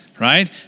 right